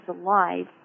alive